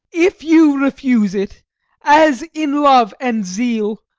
if you refuse it as, in love and zeal,